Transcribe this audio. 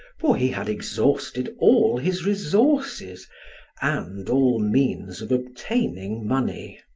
for he had exhausted all his resources and all means of obtaining money.